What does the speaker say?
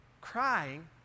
crying